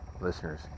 listeners